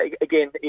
again